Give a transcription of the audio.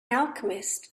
alchemist